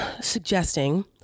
suggesting